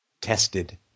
tested